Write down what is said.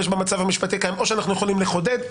במצב המשפטי כאן או שאנחנו יכולים לחדד,